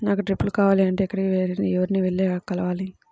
నాకు డ్రిప్లు కావాలి అంటే ఎక్కడికి, ఎవరిని వెళ్లి కలవాలి?